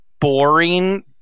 boring